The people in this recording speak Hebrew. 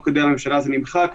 נמצאת בפניכם.